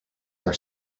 are